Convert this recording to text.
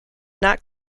not